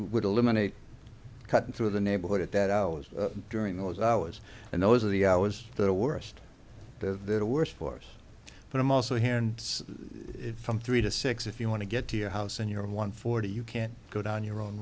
would eliminate cutting through the neighborhood at that hour during those hours and those are the i was the worst the worst force but i'm also here and from three to six if you want to get to your house and you're one forty you can't go down your own